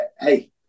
hey